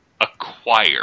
acquire